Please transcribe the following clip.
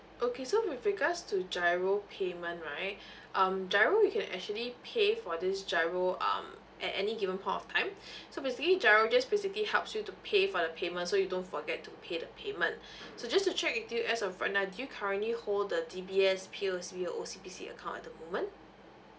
okay so with regards to GIRO payment right um GIRO you can actually pay for this GIRO um at any given point of time so basically GIRO just basically helps you to pay for the payment so you don't forget to pay the payment so just to check with you as of right now do you currently hold the D_B_S P_O_S_B or O_C_B_C account at the moment